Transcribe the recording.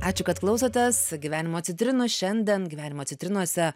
ačiū kad klausotės gyvenimo citrinų šiandien gyvenimo citrinose